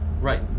Right